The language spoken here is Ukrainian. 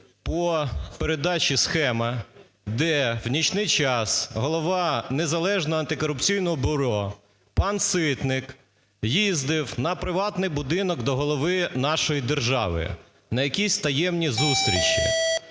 по передачі "Схеми", де в нічний час голова незалежного антикорупційного бюро пан Ситник їздив у приватний будинок до голови нашої держави на якісь таємні зустрічі.